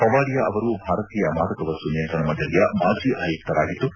ಪವಾಡಿಯಾ ಅವರು ಭಾರತೀಯ ಮಾದಕ ವಸ್ತು ನಿಯಂತ್ರಣ ಮಂಡಳಿಯ ಮಾಜಿ ಆಯುಕ್ತರಾಗಿದ್ದು